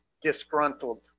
disgruntled